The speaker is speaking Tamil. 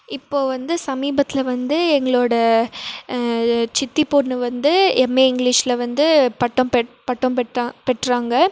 இப்போது வந்து சமீபத்தில் வந்து எங்களோட சித்தி பொண்ணு வந்து எம்ஏ இங்கிலீஷில் வந்து பட்டம் பெற் பட்டம் பெற்றாங்க